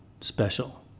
special